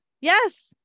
Yes